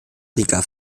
rica